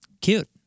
Cute